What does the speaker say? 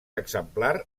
exemplar